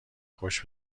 خوش